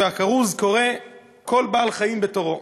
והכרוז קורא כל בעל-חיים בתורו.